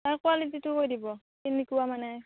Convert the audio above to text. তাৰ কুৱালিটিটো কৈ দিব কেনেকুৱা মানে